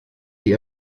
die